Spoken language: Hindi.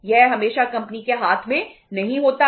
यह हमेशा कंपनी के हाथ में नहीं होता है